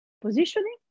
positioning